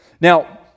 Now